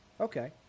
Okay